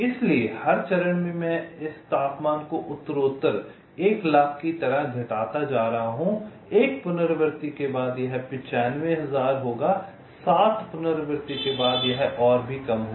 इसलिए हर चरण में मैं इस तापमान को उत्तरोत्तर 100000 की तरह घटाता जा रहा हूँ एक पुनरावृत्ति के बाद यह 95000 होगा 7 पुनरावृत्ति के बाद यह और भी कम होगा